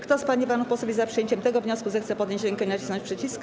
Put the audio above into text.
Kto z pań i panów posłów jest za przyjęciem tego wniosku, zechce podnieść rękę i nacisnąć przycisk.